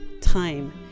time